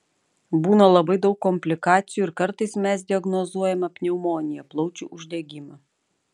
būna labai daug komplikacijų ir kartais mes diagnozuojame pneumoniją plaučių uždegimą